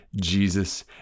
jesus